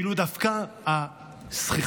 ואילו דווקא הזחיחות